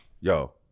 yo